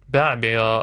be abejo